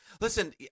listen